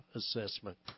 assessment